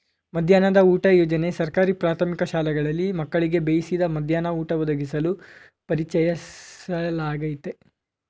ಮಧ್ಯಾಹ್ನದ ಊಟ ಯೋಜನೆ ಸರ್ಕಾರಿ ಪ್ರಾಥಮಿಕ ಶಾಲೆಗಳಲ್ಲಿ ಮಕ್ಕಳಿಗೆ ಬೇಯಿಸಿದ ಮಧ್ಯಾಹ್ನ ಊಟ ಒದಗಿಸಲು ಪರಿಚಯಿಸ್ಲಾಗಯ್ತೆ